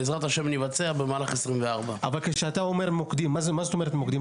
ובעזרת השם נבצע אותם במהלך 2024. מה זאת אומרת מוקדים?